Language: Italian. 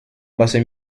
base